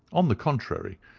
on the contrary,